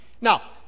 Now